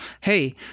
hey